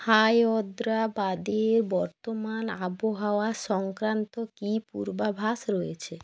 হায়দ্রাবাদে বর্তমান আবহাওয়া সংক্রান্ত কী পূর্বাভাস রয়েছে